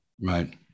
Right